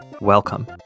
Welcome